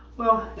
well,